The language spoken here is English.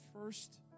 first